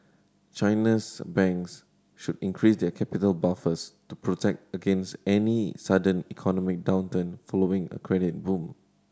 China's banks should increase their capital buffers to protect against any sudden economic downturn following a credit boom